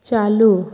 चालू